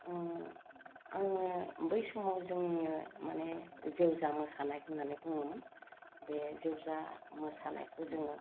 ओम आङो बै समाव जोंनो माने जेवजा मोसानाय होननानै बुङोमोन बे जेवजा मोसानायखौ जोङो